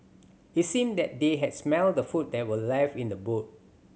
it seemed that they had smelt the food that were left in the boot